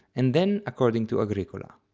and then according to agricola.